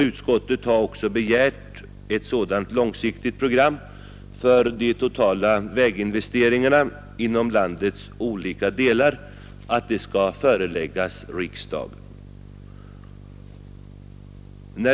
Utskottet har också begärt att ett sådant långsiktigt program för de totala väginvesteringarna inom landets olika delar skall föreläggas riksdagen.